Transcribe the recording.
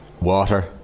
water